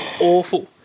awful